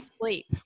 sleep